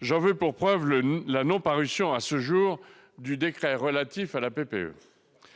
J'en veux pour preuve la non-parution à ce jour du décret relatif à la